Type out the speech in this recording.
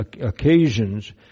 occasions